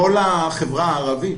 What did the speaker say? כל החברה הערבית